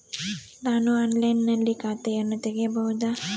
ನಾನು ಆನ್ಲೈನಿನಲ್ಲಿ ಖಾತೆಯನ್ನ ತೆಗೆಯಬಹುದಾ?